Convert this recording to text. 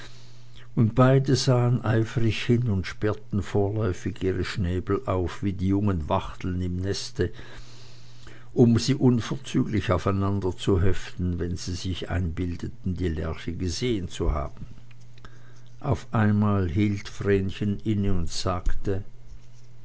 und beide sahen eifrig hin und sperrten vorläufig ihre schnäbel auf wie die jungen wachteln im neste um sie unverzüglich aufeinander zu heften wenn sie sich einbildeten die lerche gesehen zu haben auf einmal hielt vrenchen inne und sagte